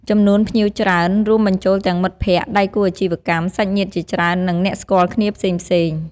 ចំនួនភ្ញៀវច្រើន រួមបញ្ចូលទាំងមិត្តភក្តិ ដៃគូអាជីវកម្ម សាច់ញាតិជាច្រើន និងអ្នកស្គាល់គ្នាផ្សេងៗ។